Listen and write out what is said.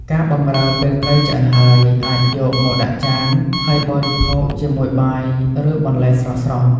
ការបម្រើពេលត្រីឆ្អិនហើយ អាចយកមកដាក់ចាន ហើយបរិភោគជាមួយបាយ ឬបន្លែស្រស់ៗ។